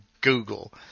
Google